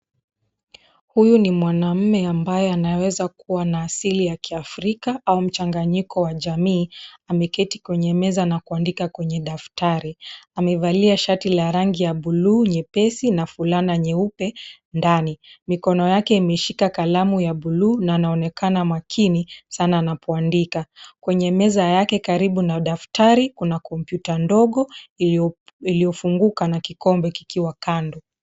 Huyu ni mwanamume ambaye anaweza kuwa na asili ya kiaafrika au mchaganyiko wa jamii ameketi kwenye meza na kuandika kwenye daftari amevalia shati lenye rangi ya blue nyepesi na fulana nyeupe ndani mikono yake imeshika kalamu ya blue anaonekana makini sana anapoandika .Kwenye meza yake karibu na daftari kuna komputa ndongo iliyofunguka na kikombe kikwa kando.